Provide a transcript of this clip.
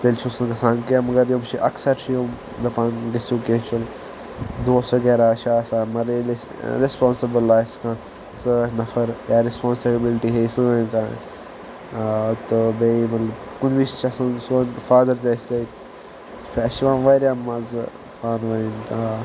تیٚلہِ چھُس نہٕ گژھان کیٚنٛہہ مگر یِم چھِ اکثر چھِ یِم دپان گٔژھِو کیٚنٛہہ چھُ نہٕ دوس وغیرہ چھِ آسان معنی ییٚلہِ أسۍ ریسپانسِبل آسہِ کانٛہہ سۭتۍ نفر یا ریسپانسِبلٹی ہیٚیہِ سٲنۍ کانٛہہ تہٕ بیٚیہِ مطلب کُنہِ وِز چھِ آسان سون فادَر اسہِ سۭتۍ تہٕ اسہِ چھِ یوان واریاہ مزٕ پانہٕ ؤنۍ